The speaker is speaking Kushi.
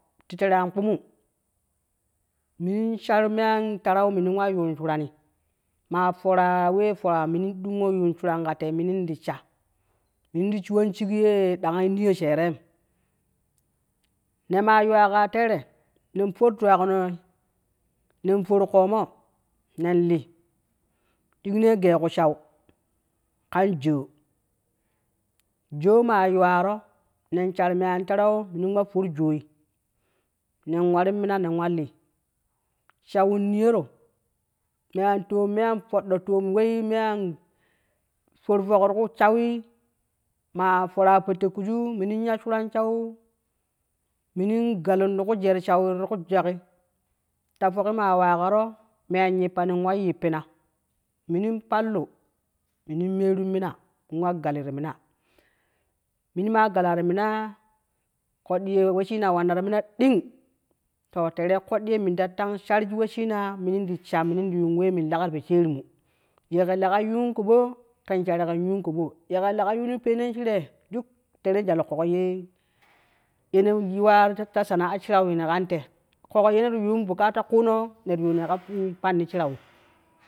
Ti tere an kpumu, min sharme an tarau minin wa yuun shurani maa fora we fora minin dingo yuun shuran ka tei minin ti sha, min ti shiwon shigye dangi niye sheerem ne maa yuwa ka teere ne for dwagino nen for koomo nen li digi nei gee ku shau kan joo joo maa yuwaro nen shar me an tarau minin w afor joi nen warin mina nen wa li shawin niyoro me an toom me an toddo toom wei me an for fok ti ku shawi maa foro do tekkuu minin ya shurun sau minin gallun ti km jer shawi tu kun jujaki ta foki maa waakaro me an yipani in wa yippina mini pallu minin meerin mina in waa gali ti mina, mini maa gala ti minaa koddi ye weshina wanna ro mina dina to teere koddi ye min ta tans shar shig weshina minin ti sha minin yuun we min lega ti po sheerimu yeke lega ken yuun kobo, ken shari ken yuun kobo ye ke lega yuunin pennen shire duk teere jwal koko yee ne yuwaaan ta sanaa shirau ye ne kan te. koko yeneti yuun bukata kuuno ne ti yuuni ka panni sharawi.